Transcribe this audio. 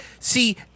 See